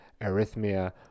arrhythmia